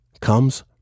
comes